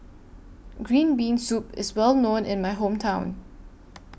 Green Bean Soup IS Well known in My Hometown